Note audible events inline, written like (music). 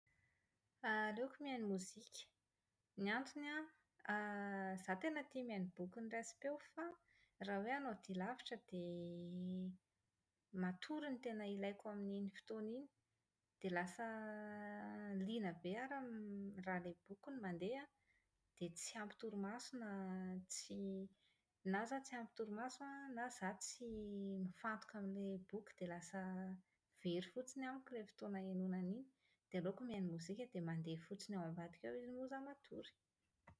Aleoko mihaino mozika. Ny antony an, (hesitation) zaho tena tia mihaino boky noraisim-peo fa raha hoe hanao dia lavitra dia matory ny tena ilaiko amin'iny fotoana iny. Dia lasa liana be aho raha ilay boky no mandeha, dia tsy ampy torimaso na tsy- na zaho tsy ampy torimaso an, na izaho tsy mifantoka amin'ilay boky dia lasa very fotsiny amiko ilay fotoana hihainoana an'iny. Dia aleoko mihaino mozika dia mandeha fotsiny ao ambadika ao izy moa izaho matory.